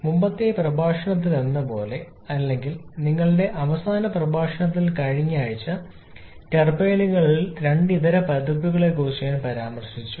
മുമ്പത്തെ പ്രഭാഷണത്തിലെന്നപോലെ അല്ലെങ്കിൽ നിങ്ങളുടെ അവസാന പ്രഭാഷണത്തിൽ കഴിഞ്ഞ ആഴ്ച ടർബൈനുകളുടെ രണ്ട് ഇതര പതിപ്പുകളെക്കുറിച്ച് ഞാൻ പരാമർശിച്ചു